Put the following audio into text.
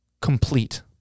complete